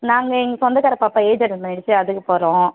நாங்கள் எங்கள் சொந்தக்கார பாப்பா ஏஜ் அட்டெண்ட் பண்ணிடிச்சு அதுக்கு போகறோம்